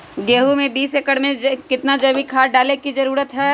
गेंहू में बीस एकर में कितना जैविक खाद डाले के जरूरत है?